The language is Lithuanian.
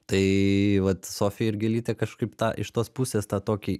tai vat sofija ir gėlytė kažkaip tą iš tos pusės tą tokį